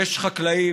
יש חקלאים,